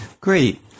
Great